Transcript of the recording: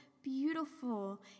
beautiful